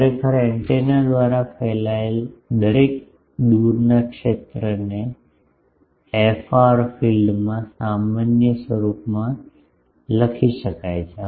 ખરેખર એન્ટેના દ્વારા ફેલાયેલ દરેક દૂરના ક્ષેત્રને એફાર ફીલ્ડમાં સામાન્ય સ્વરૂપમાં લખી શકાય છે